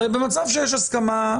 הרי במצב שיש הסכמה,